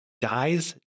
dies